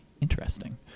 interesting